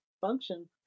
function